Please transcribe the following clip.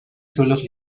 suelos